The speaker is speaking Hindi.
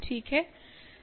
ठीक है